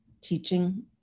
teaching